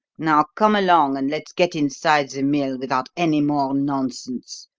now come along, and let's get inside the mill without any more nonsense.